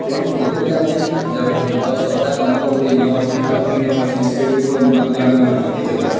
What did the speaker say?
ଏବଂ ଯେତେବେଳେ ଆମେ ଯାଉଛୁ ତ ସରକାର ଅନେକ ଗୁଡ଼ିଏ ନିୟମ ଅଛି ଟ୍ରାଫିକ୍ ନିୟମ ଅଛି ଏ ସେଗୁଡ଼ିକ ମଧ୍ୟ ଆମେ ମାନିକି ଚାଲିବା